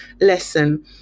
lesson